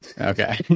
okay